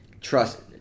Trust